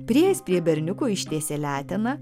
priėjęs prie berniuko ištiesė leteną